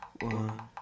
one